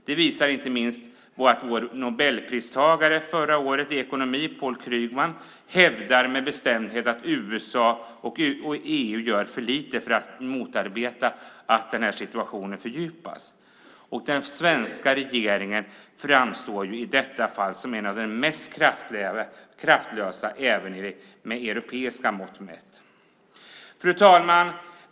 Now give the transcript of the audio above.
Det visar inte minst förra årets Nobelpristagare i ekonomi Paul Krugman som hävdar med bestämdhet att USA och EU gör för lite för att motarbeta att situationen fördjupas. Den svenska regeringen framstår i detta fall som en av de mest kraftlösa även med europeiska mått mätt. Fru talman!